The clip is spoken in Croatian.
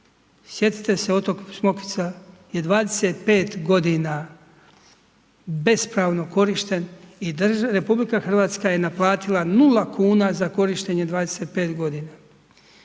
sjetite se otok Smokvica, je 25 g. bespravno korišten i RH je naplatila 0 kn za korištenje 25 g.